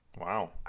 Wow